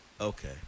Okay